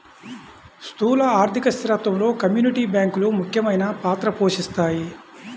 స్థూల ఆర్థిక స్థిరత్వంలో కమ్యూనిటీ బ్యాంకులు ముఖ్యమైన పాత్ర పోషిస్తాయి